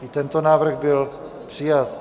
I tento návrh byl přijat.